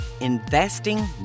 investing